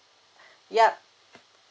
yup